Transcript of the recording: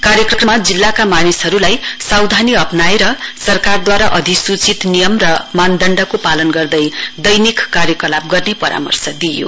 कार्यक्रममा जिल्लाका मानिससहरुलाई सावधानी अप्नाएर सरकारदूवारा अधिसूचित नियम र मानढण्डको पालन गर्दै दैनिक कार्यकलाप गर्ने परामर्शे दिइयो